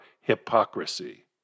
hypocrisy